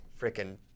freaking